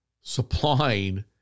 supplying